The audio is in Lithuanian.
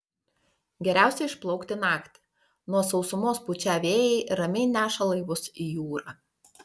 geriausia išplaukti naktį nuo sausumos pučią vėjai ramiai neša laivus į jūrą